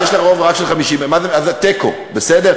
אז יש להם רוב רק של 50, אז זה תיקו, בסדר?